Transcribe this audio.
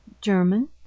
German